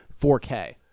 4K